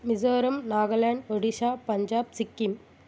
Mizoram Nagaland Odisha Punjab Sikkim